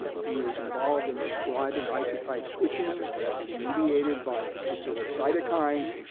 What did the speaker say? he was involved in describing isotype switching, that was mediated by particular cytokines.